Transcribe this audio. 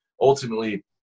ultimately